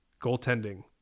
goaltending